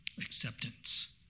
acceptance